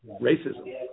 Racism